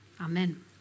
Amen